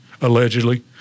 allegedly